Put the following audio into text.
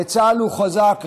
וצה"ל הוא חזק,